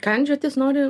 kandžiotis noriu